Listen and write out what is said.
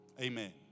Amen